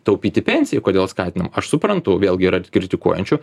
taupyti pensijai kodėl skatinam aš suprantu vėlgi yra kritikuojančių